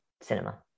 cinema